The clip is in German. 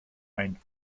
ein